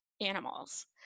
animals